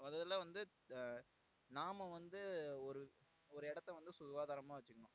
முதலில் வந்து நாம் வந்து ஒரு ஒரு இடத்த வந்து சுகாதாரமாக வச்சுக்கணும்